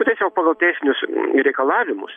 tiesiog pagal dėsnius ir reikalavimus